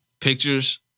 pictures